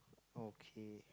okay